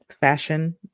fashion